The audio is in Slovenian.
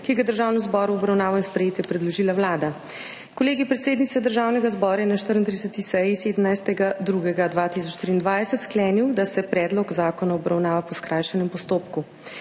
ki ga je Državnemu zboru v obravnavo in sprejetje predložila Vlada. Kolegij predsednice Državnega zbora je na 34. seji 17. 2. 2023 sklenil, da se predlog zakona obravnava po skrajšanem postopku.